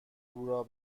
هوار